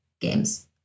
games